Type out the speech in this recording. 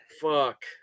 Fuck